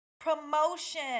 promotion